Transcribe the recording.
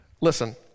Listen